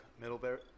Middlebury